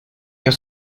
your